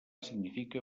significa